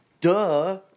duh